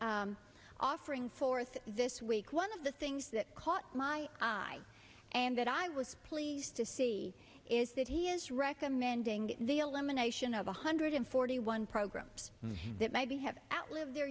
is offering forth this week one of the things that caught my eye and that i was pleased to see is that he is recommending the elimination of one hundred forty one programs that maybe have outlived their